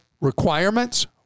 requirements